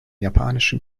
japanischen